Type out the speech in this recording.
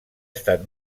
estat